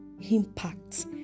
impact